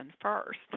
first